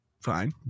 fine